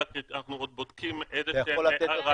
אנחנו בודקים איזה -- אתה יכול לתת אותה